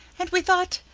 and we thought,